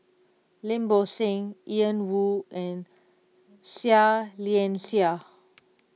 Lim Bo Seng Ian Woo and Seah Liang Seah